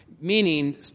meaning